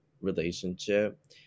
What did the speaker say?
relationship